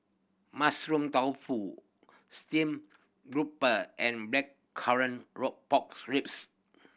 Mushroom Tofu steam grouper and blackcurrant rock pork ribs